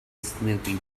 snoopy